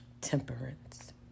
temperance